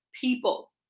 People